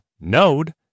Node